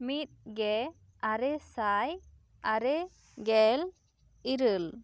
ᱢᱤᱫᱜᱮ ᱟᱨᱮ ᱥᱟᱭ ᱟᱨᱮ ᱜᱮᱞ ᱤᱨᱟᱹᱞ